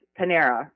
Panera